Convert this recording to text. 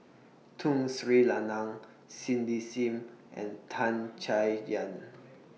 Tun Sri Lanang Cindy SIM and Tan Chay Yan